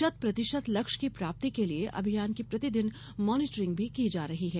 शत प्रतिशत लक्ष्य की प्राप्ति के लिए अभियान की प्रतिदिन मॉनीटरिंग भी की जा रही है